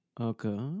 Okay